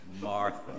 Martha